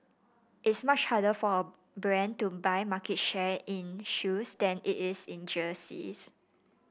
it's much harder for a brand to buy market share in shoes than it is in jerseys